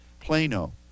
plano